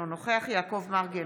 אינו נוכח יעקב מרגי,